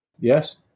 Yes